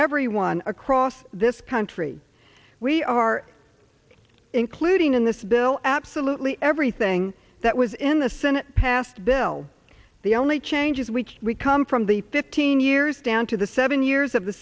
everyone across this country we are including in this bill absolutely everything that was in the senate passed bill the only changes which we come from the fifteen years down to the seven years of the